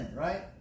right